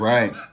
Right